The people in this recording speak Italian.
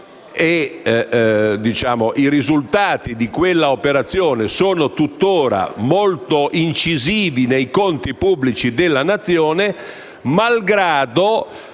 i risultati di quella operazione sono tuttora molto incisivi nei conti pubblici della Nazione, malgrado